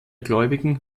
gläubigen